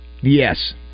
Yes